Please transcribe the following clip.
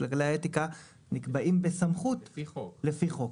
שכללי האתיקה נקבעים בסמכות לפי חוק,